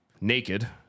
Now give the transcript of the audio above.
naked